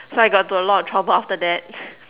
so I got into a lot of trouble after that